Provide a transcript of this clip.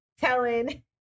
Telling